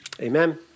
Amen